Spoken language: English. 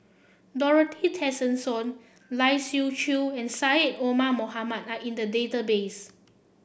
Dorothy Tessensohn Lai Siu Chiu and Syed Omar Mohamed are in the database